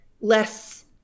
less